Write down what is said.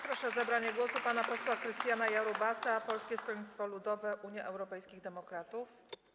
Proszę o zabranie głosu pana posła Krystiana Jarubasa, Polskie Stronnictwo Ludowe - Unia Europejskich Demokratów.